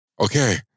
Okay